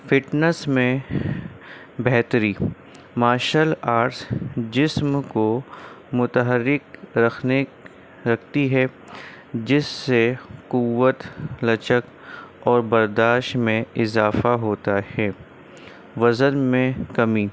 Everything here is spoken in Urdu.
فٹنس میں بہتری مارشل آرٹس جسم کو متحرک رکھنے رکھتی ہے جس سے قوت لچک اور برداشت میں اضافہ ہوتا ہے وزن میں کمی